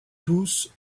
tous